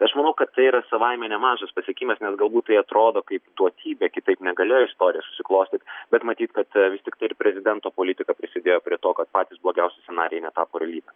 aš manau kad tai yra savaime nemažas pasiekimas nes galbūt tai atrodo kaip duotybė kitaip negalėjo istorijos susiklostyti bet matyt kad vis tiktai ir prezidento politika prisidėjo prie to kad patys blogiausiscenarijai netapo realybe